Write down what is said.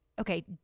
okay